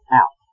out